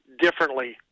differently